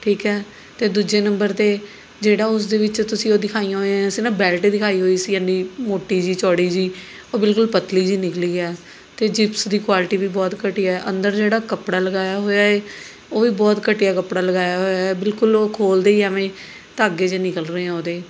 ਠੀਕ ਹੈ ਅਤੇ ਦੂਜੇ ਨੰਬਰ 'ਤੇ ਜਿਹੜਾ ਉਸਦੇ ਵਿੱਚ ਤੁਸੀਂ ਉਹ ਦਿਖਾਈਆਂ ਹੋਈਆਂ ਸੀ ਨਾ ਬੈਲਟ ਦਿਖਾਈ ਹੋਈ ਸੀ ਐਨੀ ਮੋਟੀ ਜਿਹੀ ਚੌੜੀ ਜਿਹੀ ਉਹ ਬਿਲਕੁਲ ਪਤਲੀ ਜਿਹੀ ਨਿਕਲੀ ਹੈ ਅਤੇ ਜਿਪਸ ਦੀ ਕੁਆਲਿਟੀ ਵੀ ਬਹੁਤ ਘਟੀਆ ਅੰਦਰ ਜਿਹੜਾ ਕੱਪੜਾ ਲਗਾਇਆ ਹੋਇਆ ਹੈ ਉਹ ਵੀ ਬਹੁਤ ਘਟੀਆ ਕੱਪੜਾ ਲਗਾਇਆ ਹੋਇਆ ਹੈ ਬਿਲਕੁਲ ਉਹ ਖੋਲ੍ਹਦੇ ਹੀ ਐਵੇਂ ਧਾਗੇ ਜਿਹੇ ਨਿਕਲ ਰਹੇ ਉਹਦੇ